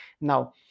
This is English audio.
Now